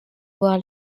voir